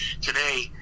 today